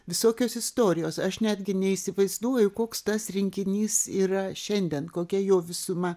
visokios istorijos aš netgi neįsivaizduoju koks tas rinkinys yra šiandien kokia jo visuma